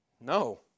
No